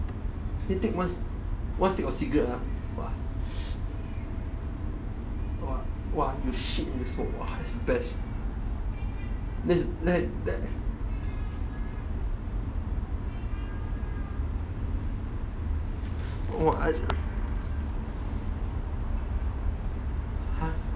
can take one one stick of cigarette ah !wah! you shit you smoke !wah! best th~ th~ !wah! I